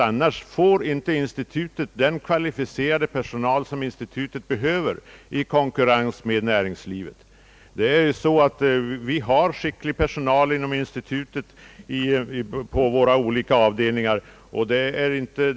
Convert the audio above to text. Annars får bl.a. på grund av konkurrensen med näringslivet institutet inte den kvalificerade personal som det behöver. Vi har mycket skicklig personal på de olika avdelningarna inom institutet.